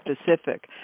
specific